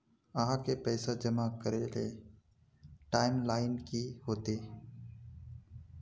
आहाँ के पैसा जमा करे ले टाइम लाइन की होते?